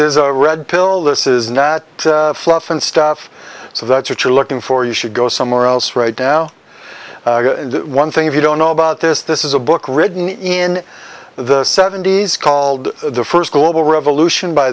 is a red pill this is not fluff and stuff so that's what you're looking for you should go somewhere else right now one thing if you don't know about this this is a book written in the seventy's called the first global revolution by